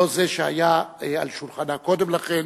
לא זה שהיה על שולחנה קודם לכן.